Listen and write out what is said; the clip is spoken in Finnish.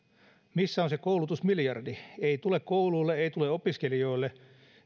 missä on se koulutusmiljardi ei tule kouluille ei tule opiskelijoille